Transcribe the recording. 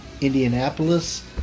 Indianapolis